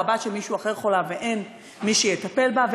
הבת של מישהו אחר חולה ואין מי שיטפל בה.